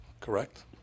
correct